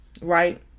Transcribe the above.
right